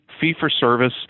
fee-for-service